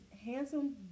Handsome